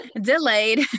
Delayed